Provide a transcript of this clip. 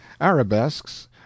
arabesques